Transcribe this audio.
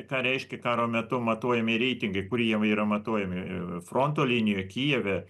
ką reiškia karo metu matuojami reitingai kurie yra matuojami fronto linijoj kijeve